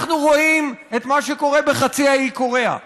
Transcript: אנחנו רואים את מה שקורה בחצי האי קוריאה.